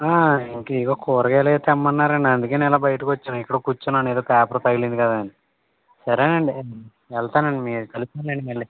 ఇంకా ఇవి కూరగాయలు ఏవో తెమ్మన్నారండి అందుకని అలా బయటకు వచ్చాను ఇక్కడ కూర్చున్నాను ఏదో పేపర్ తగిలింది కదా అని సరే అండి వెళతానండి కలుద్దాం లేండి మళ్ళీ